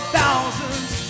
thousands